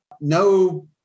No